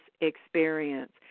experience